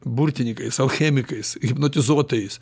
burtininkais alchemikais hipnotizuotojais